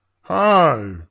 Hi